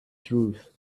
truth